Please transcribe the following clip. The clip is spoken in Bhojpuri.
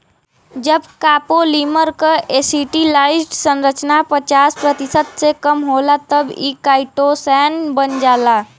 जब कॉपोलीमर क एसिटिलाइज्ड संरचना पचास प्रतिशत से कम होला तब इ काइटोसैन बन जाला